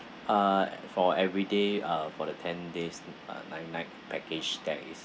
uh for every day uh for the ten days uh nine night package there is